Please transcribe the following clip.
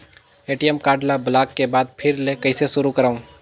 ATM card ल block के बाद फिर ले कइसे शुरू करव?